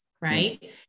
right